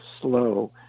slow